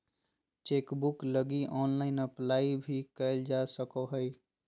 chequebook लगी online apply भी करल जा सको हइ